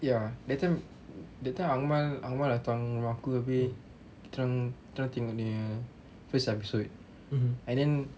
ya that time that time akmal akmal datang rumah aku abeh kita orang tengok dia punya first episode and then